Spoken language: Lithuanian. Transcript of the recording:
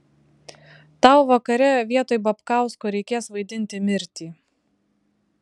tau vakare vietoj babkausko reikės vaidinti mirtį